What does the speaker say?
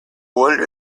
wonder